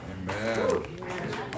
Amen